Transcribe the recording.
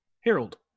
Harold